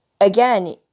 again